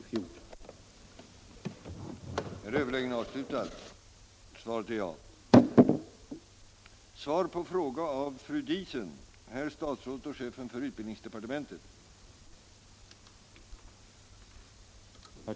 förbindelserna med